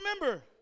remember